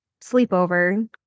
sleepover